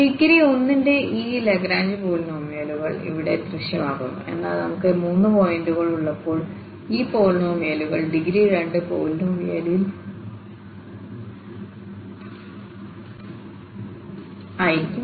ഡിഗ്രി1ന്റ ഈ ലഗ്രാഞ്ച് പോളിനോമിയലുകൾ ഇവിടെ ദൃശ്യമാകുന്നു എന്നാൽ നമുക്ക് മൂന്ന് പോയിന്റുകൾ ഉള്ളപ്പോൾ ആ പോളിനോമിയലുകൾ ഡിഗ്രി 2 പോളിനോമിയലിൽ ആയിരിക്കും